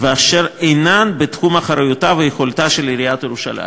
ואשר אינם בתחום אחריותה ויכולתה של עיריית ירושלים.